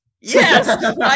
Yes